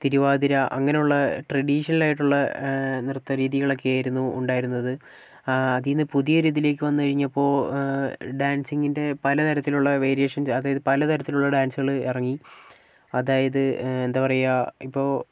തിരുവാതിര അങ്ങനെയുള്ള ട്രഡീഷണലായിട്ടുള്ള നൃത്ത രീതികളൊക്കെയായിരുന്നു ഉണ്ടായിരുന്നത് പിന്നെ പുതിയ രീതിയിലേക്കു വന്നു കഴിഞ്ഞപ്പോൾ ഡാൻസിങ്ങിൻ്റെ പല തരത്തിലുള്ള വേരിയേഷൻ അതായത് പല തരത്തിലുള്ള ഡാൻസുകൾ ഇറങ്ങി അതായത് എന്താ പറയുക ഇപ്പൊൾ